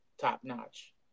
top-notch